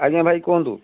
ଆଜ୍ଞା ଭାଇ କୁହନ୍ତୁ